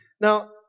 Now